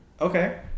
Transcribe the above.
Okay